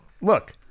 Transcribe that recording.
look